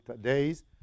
days